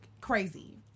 crazy